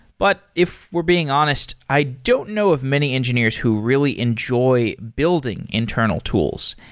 but if we're being honest, i don't know of many engineers who really enjoy building internal tools.